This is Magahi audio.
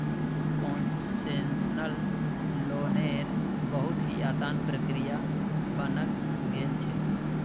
कोन्सेसनल लोन्नेर बहुत ही असान प्रक्रिया बनाल गेल छे